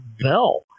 bell